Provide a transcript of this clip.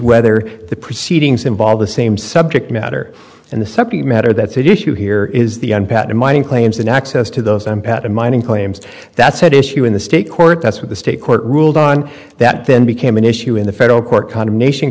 whether the proceedings involve the same subject matter and the subject matter that's an issue here is the impact of mining claims and access to those i'm pat of mining claims that's had issue in the state court that's what the state court ruled on that then became an issue in the federal court condemnation